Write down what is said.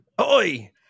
Oi